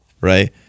right